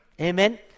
Amen